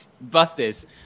buses